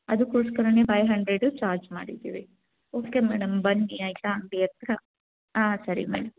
ಅದಕ್ಕೋಸ್ಕರವೇ five hundred charge ಮಾಡಿದ್ದೀವಿ okay madam ಬನ್ನಿ ಆಯಿತಾ ಅಂಗಡಿ ಹತ್ತಿರ ಹಾಂ ಸರಿ ಮೇಡಮ್